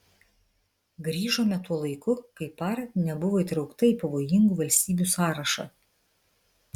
grįžome tuo laiku kai par nebuvo įtraukta į pavojingų valstybių sąrašą